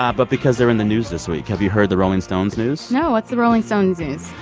ah but because they're in the news this week. have you heard the rolling stones news? no. what's the rolling stones news?